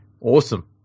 awesome